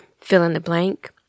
fill-in-the-blank